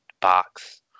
box